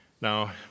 now